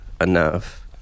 enough